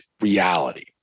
reality